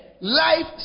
Life